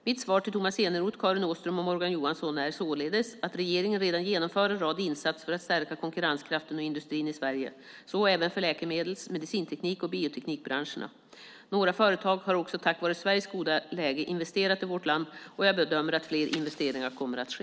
Mitt svar till Tomas Eneroth, Karin Åström och Morgan Johansson är således att regeringen redan genomför en rad insatser för att stärka konkurrenskraften och industrin i Sverige, så även för läkemedels-, medicinteknik och bioteknikbranscherna. Några företag har också tack vare Sveriges goda läge investerat i vårt land och jag bedömer att fler investeringar kommer att ske.